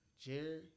Jerry